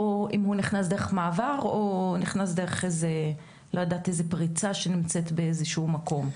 או אם הוא נכנס דרך מעבר או דרך איזו פרצה שנמצאת באיזה שהוא מקום.